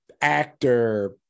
actor